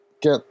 get